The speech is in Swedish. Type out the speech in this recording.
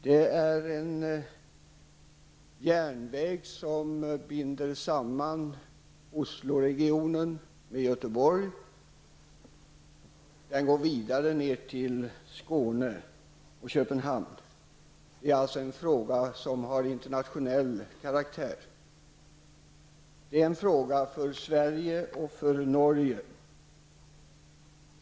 Det gäller en järnväg som binder samman Osloregionen med Göteborg och som går vidare ner till Skåne och Köpenhamn. Det är alltså en fråga som har internationell betydelse. Det är en fråga både för Sverige och för Norge.